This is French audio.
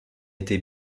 était